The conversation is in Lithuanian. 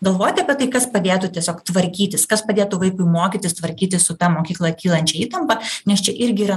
galvoti apie tai kas padėtų tiesiog tvarkytis kas padėtų vaikui mokytis tvarkytis su ta mokykloj kylančia įtampa nes čia irgi yra